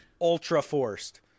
Ultra-forced